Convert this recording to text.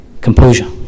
Composure